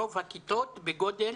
רוב הכיתות בגודל